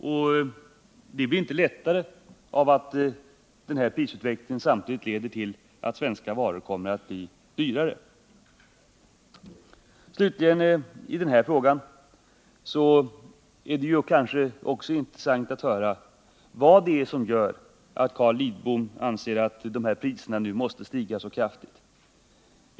Och det blir inte lättare av att prisutvecklingen samtidigt leder till att svenska varor blir dyrare. I den här frågan är det kanske också intressant att höra vad det är som gör att Carl Lidbom anser att priserna nu måste stiga så kraftigt.